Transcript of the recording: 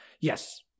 Yes